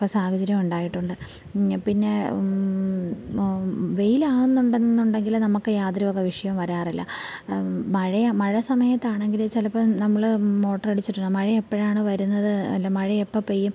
ഒക്കെ സാഹചര്യം ഉണ്ടായിട്ടുണ്ട് പിന്നെ വെയിലാകുന്നു എന്നുണ്ടെങ്കിൽ നമ്മൾക്ക് യാതൊരു വക വിഷയവും വരാറില്ല മഴയ മഴ സമയത്താണെങ്കിൽ ചിലപ്പം നമ്മൾ മോട്ടർ അടിച്ചിട്ടുണ്ട് മഴ എപ്പോഴാണോ വരുന്നത് അല്ല മഴ എപ്പം പെയ്യും